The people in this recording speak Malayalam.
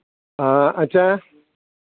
ആ അച്ഛാ